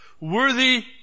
worthy